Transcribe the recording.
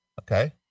Okay